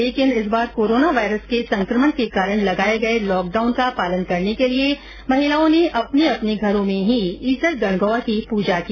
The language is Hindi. लेकिन इस बार कोरोना वायरस के संकमण के कारण लगाए गए लॉक डाउन का पालन करने के लिए महिलाओं ने अपने अपने घरों में ही ईसर गणगौर की पूजा की